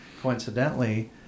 coincidentally